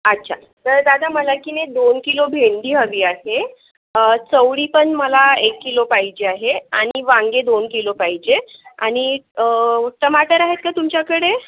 अच्छा तर दादा मला किनई दोन किलो भेंडी हवी आहे चवळी पण मला एक किलो पाहिजे आहे आणि वांगे दोन किलो पाहिजे आणि टमाटर आहेत का तुमच्याकडे